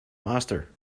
master